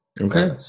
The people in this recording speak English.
Okay